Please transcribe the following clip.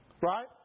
right